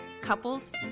couples